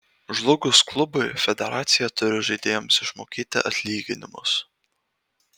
žlugus klubui federacija turi žaidėjams išmokėti atlyginimus